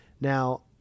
Now